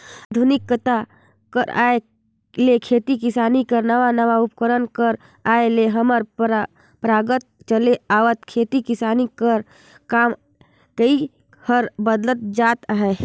आधुनिकता कर आए ले खेती किसानी कर नावा नावा उपकरन कर आए ले हमर परपरागत चले आवत खेती किसानी कर काम करई हर बदलत जात अहे